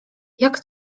jak